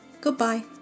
goodbye